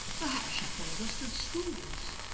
perhaps she followed us to the schools.